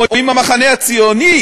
או אם המחנה הציוני